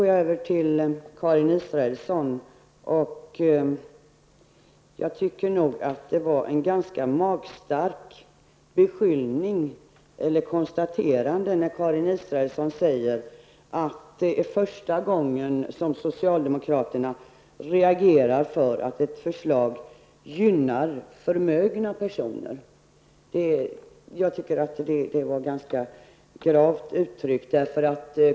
Jag tycker nog att det var ett ganska magstarkt konstaterande när Karin Israelsson sade att det är första gången som socialdemokraterna reagerar för att ett förslag gynnar förmögna personer. Det var ganska gravt uttryckt.